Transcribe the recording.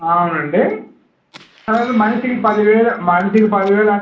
అవునండి లేదు మనిషికి పదివేలు మనిషికి పదివేలు